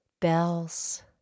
Bells